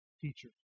teacher